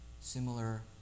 similar